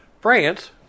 France